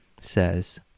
says